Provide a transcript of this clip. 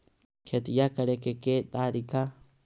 खेतिया करेके के तारिका?